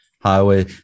highway